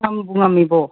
ꯅꯪꯕꯨ ꯉꯝꯃꯤꯕꯣ